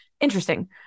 Interesting